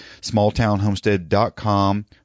smalltownhomestead.com